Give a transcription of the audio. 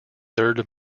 third